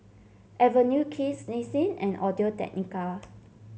Avenue Kids Nissin and Audio Technica